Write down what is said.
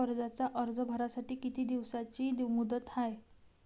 कर्जाचा अर्ज भरासाठी किती दिसाची मुदत हाय?